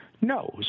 No